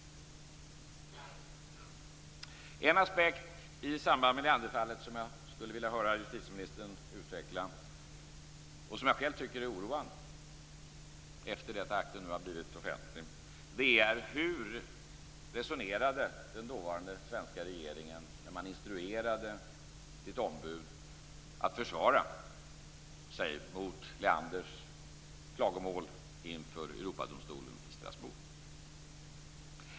En aspekt i samband med Leanderfallet som jag skulle vilja höra justitieministern utveckla, och som jag själv tycker är oroande efter det att akten nu har blivit offentlig, är hur den dåvarande svenska regeringen resonerade när man instruerade sitt ombud att försvara sig mot Leanders klagomål inför Europadomstolen i Strasbourg.